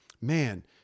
man